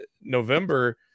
November